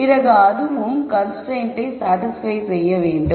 பிறகு அதுவும் constraint satisfy செய்ய வேண்டும்